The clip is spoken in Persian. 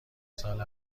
سال